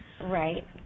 Right